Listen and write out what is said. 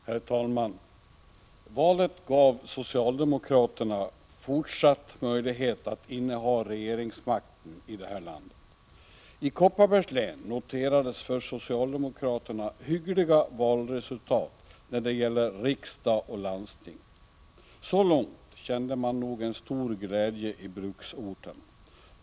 Herr talman! Valet gav socialdemokraterna fortsatt möjlighet att inneha regeringsmakten i det här landet. I Kopparbergs län noterades för socialde mokraterna hyggliga valresultat när det gäller riksdag och landsting. Så långt kände man nog en stor glädje i bruksorterna.